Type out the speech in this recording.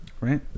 Right